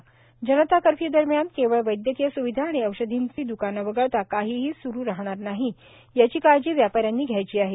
जनता curfew दरम्यान केवळ वैद्यकीय स्विधा आणि औषधींचे द्काने वगळता काहीही स्रू राहणार नाही याची काळजी व्यापाऱ्यांनी घ्यायची आहे